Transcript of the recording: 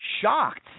Shocked